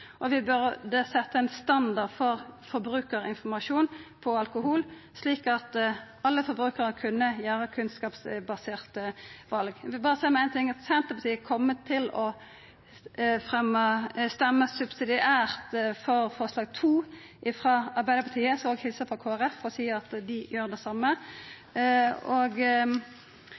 og vi burde framleis gjera det, og vi bør setja ein standard for forbrukarinformasjon på alkohol, slik at alle forbrukarar kan gjera kunnskapsbaserte val. Senterpartiet kjem til å stemma subsidiært for forslag nr. 2, frå Arbeidarpartiet og Venstre. Eg skal òg helsa frå Kristeleg Folkeparti og seia at dei gjer det same.